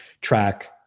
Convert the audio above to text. track